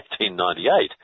1898